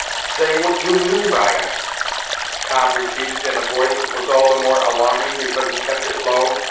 say what you mean by it cobb repeated, in a voice that was all the more alarming because he kept it low.